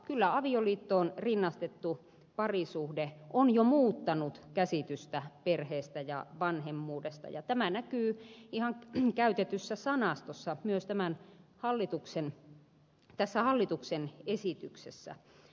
kyllä avioliittoon rinnastettu parisuhde on jo muuttanut käsitystä perheestä ja vanhemmuudesta ja tämä näkyy ihan käytetyssä sanastossa myös tässä hallituksen esityksessä